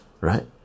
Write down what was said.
right